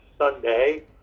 Sunday